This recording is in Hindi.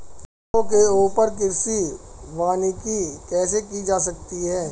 पहाड़ों के ऊपर कृषि वानिकी कैसे की जा सकती है